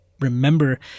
remember